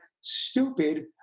stupid